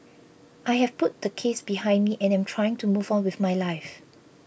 I have put the case behind me and am trying to move on with my life